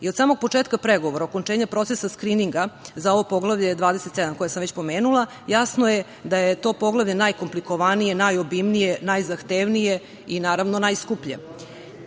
Od samog početka pregovora, okončanja procesa skrininga za ovo Poglavlje 27 koje sam već pomenula jasno je da je to poglavlje najkomplikovanije, najobimnije, najzahtevnije i naravno najskuplje. Postavlja